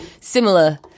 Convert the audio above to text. similar